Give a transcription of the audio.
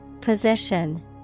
Position